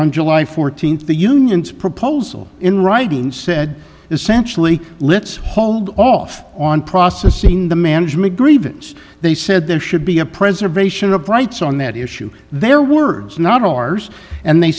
on july fourteenth the union's proposal in writing said essentially let's hold off on processing the management grievance they said there should be a preservation of rights on that issue their words not ours and they